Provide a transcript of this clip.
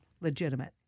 legitimate